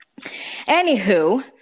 anywho